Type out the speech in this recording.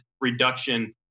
reduction